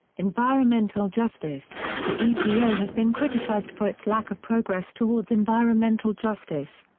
environmental justice the epa has been criticized for its lack of progress towards environmental justice.